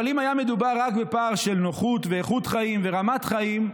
אבל אם היה מדובר רק בפער של נוחות ואיכות חיים ורמת חיים,